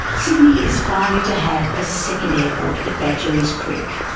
sydney is finally to have a second airport at badgerys creek.